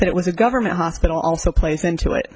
that it was a government hospital also placed into it